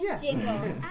jingle